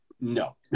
no